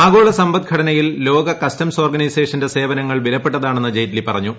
ആഗോള സമ്പദ്ഘടനയിൽ ലോക കസ്റ്റംസ് ഓർഗനൈസേഷന്റെ സേവനങ്ങൾ വിലപ്പെട്ടതാണെന്ന് ജയ്റ്റ്ലി പറഞ്ഞു